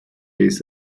des